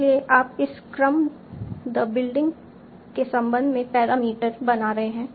इसलिए आप इस क्रम द बिल्डिंग के संबंध में पैरामीटर बना रहे हैं